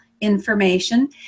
information